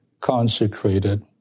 consecrated